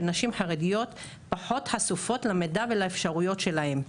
נשים חרדיות פחות חשופות למידע ולאפשריות שלהן.